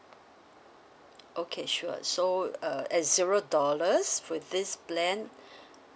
okay sure so uh at zero dollars for this plan